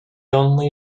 only